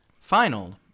final